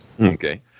okay